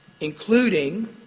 including